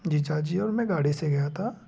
जीजाजी और मैं गाड़ी से गया था